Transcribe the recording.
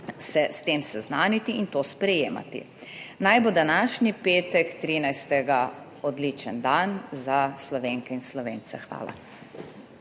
se s tem seznaniti in to sprejemati. Naj bo današnji petek 13., odličen dan za Slovenke in Slovence, hvala.